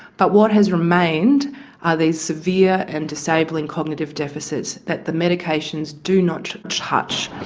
but what has remained are these severe and disabling cognitive deficits that the medications do not touch.